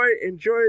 enjoy